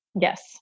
Yes